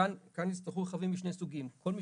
כאן יצטרכו רכבים משני סוגים: כל מי